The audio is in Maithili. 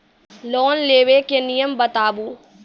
लोन लेबे के नियम बताबू?